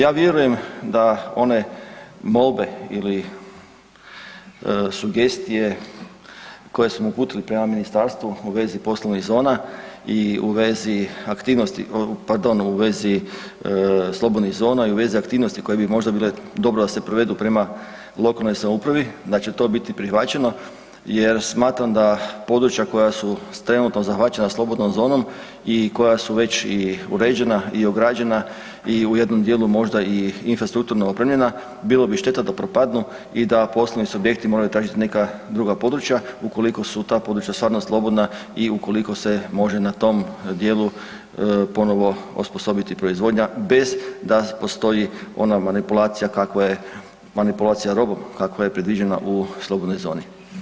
Ja vjerujem da one molbe ili sugestije koje smo uputili prema ministarstvu u vezi slobodnih zona i u vezi aktivnosti koje bi možda bile dobro da se provedu prema lokalnoj samoupravi da će to biti prihvaćeno jer smatram da područja koja su trenutno zahvaćena slobodnom zonom i koja su već i uređena i ograđena i u jednom dijelu možda i infrastrukturno opremljena bilo bi šteta da propadnu i da poslovni subjekti moraju tražiti neka druga područja, ukoliko su ta područja stvarno slobodna i ukoliko se može na tom dijelu ponovo osposobiti proizvodnja bez da postoji ona manipulacija kakva je manipulacija robom, kakva je predviđena u slobodnoj zoni.